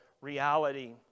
reality